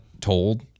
told